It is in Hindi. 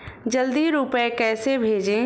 जल्दी रूपए कैसे भेजें?